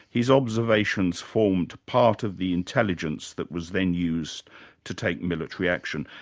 his observations formed part of the intelligence that was then used to take military action.